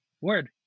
Word